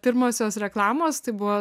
pirmosios reklamos tai buvo